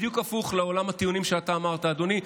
זה בדיוק הפוך לעולם הטיעונים שאתה אמרת, אדוני.